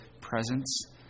presence